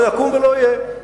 לא יקום ולא יהיה.